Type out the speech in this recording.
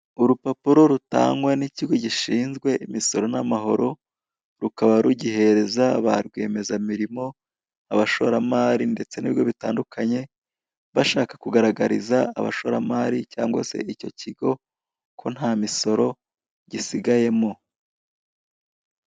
Urupapuro rutangwa n'ikigo gishinzwe imisoro n'amahoro, rukaba rugihereza ba rwiyemezamirimo, abashoramari ndetse n'ibigo bitandukanye, bashaka kugaragariza abashoramari cyangwa se icyo kigo, ko nta misoro gisigayemo.